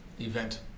event